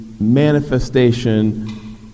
Manifestation